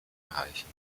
erreichen